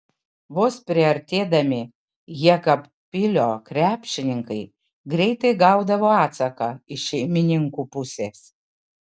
vos priartėdami jekabpilio krepšininkai greitai gaudavo atsaką iš šeimininkų pusės